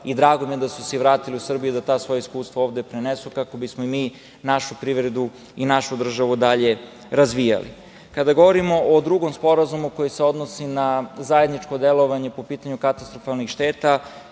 i drago mi je da su se vratili u Srbiju da ta svoja iskustva ovde prenesu, kako bismo mi našu privredu i našu državu dalje razvijali. Kada govorimo o drugom sporazumu koji se odnosi na zajedničko delovanje po pitanju katastrofalnih šeta,